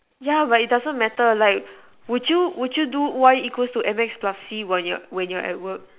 yeah but it doesn't matter like would you would you do Y equals M X plus C when you're when you're at work